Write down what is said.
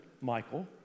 Michael